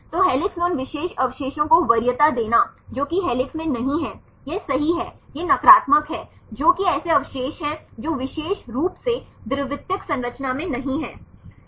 तो हेलिक्स में उन विशेष अवशेषों को वरीयता देना जो कि हेलिक्स में नहीं हैं यह सही है यह नकारात्मक है जो कि ऐसे अवशेष हैं जो विशेष रूप से द्वितीयक संरचना में नहीं हैं